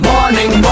Morning